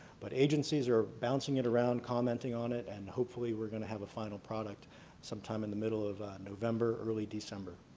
but agencies are bouncing it around, commenting on it, and hopefully we're going to have a final product sometime in the middle of november, early december.